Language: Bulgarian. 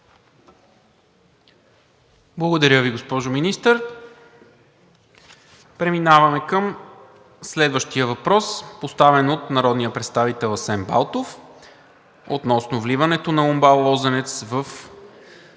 Благодаря Ви, госпожо Министър. Преминаваме към следващия въпрос, поставен от народния представител Асен Балтов относно вливането на МБАЛ „Лозенец“ в